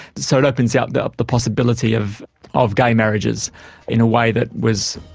so it opens out the the possibility of of gay marriages in a way that was,